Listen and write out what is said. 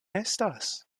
estas